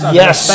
yes